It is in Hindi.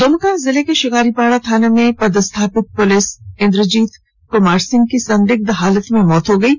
द्मका जिले के शिकारीपाड़ा थाना में पदस्थापित पुलिस इंद्रजीत कुमार सिंह की संदिग्ध हालत में मौत हो गयी